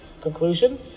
conclusion